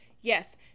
yes